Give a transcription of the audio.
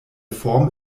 form